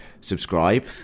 subscribe